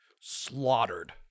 slaughtered